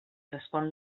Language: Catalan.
respon